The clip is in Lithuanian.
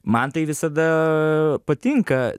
man tai visada patinka